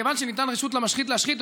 כיוון שניתנה רשות למשחית להשחית,